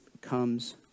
comes